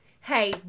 Hey